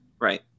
Right